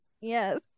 Yes